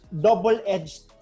double-edged